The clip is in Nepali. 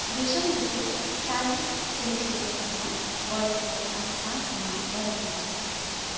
ग्रीष्म ऋतु चालिस सेल्सियससम्म बढेको तापमानसँग गरम हुन्छ